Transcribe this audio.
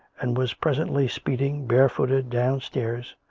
and was presently speed ing, barefooted, downstairs,